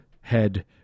head